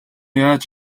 яаж